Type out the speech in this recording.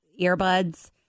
earbuds